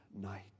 night